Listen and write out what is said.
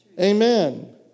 Amen